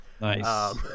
Nice